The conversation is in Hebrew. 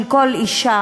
של כל אישה,